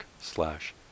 slash